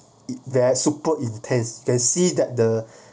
their super intense you can see that the